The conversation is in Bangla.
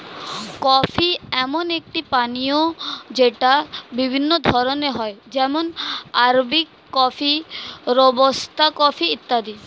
কফি এমন একটি পানীয় যেটা বিভিন্ন ধরণের হয় যেমন আরবিক কফি, রোবাস্তা কফি ইত্যাদি